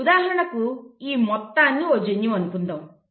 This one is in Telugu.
ఉదాహరణకు ఈ మొత్తాన్ని ఒక జన్యువు అనుకుందాం